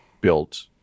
built